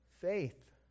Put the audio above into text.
faith